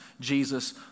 Jesus